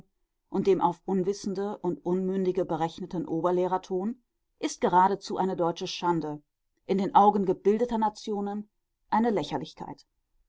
und dem auf unwissende und unmündige berechneten oberlehrerton ist geradezu eine deutsche schande in den augen gebildeter nationen eine lächerlichkeit